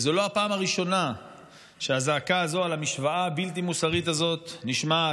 זו לא הפעם הראשונה שהזעקה הזו על המשוואה הבלתי-מוסרית הזאת נשמעת.